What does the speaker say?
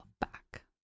back